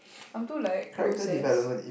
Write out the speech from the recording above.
I am too like low ses